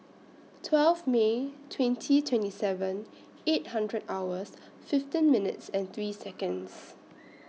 twelve May twenty twenty seven eight hundred hours fifteen minutes and three Seconds